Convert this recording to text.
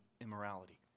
immorality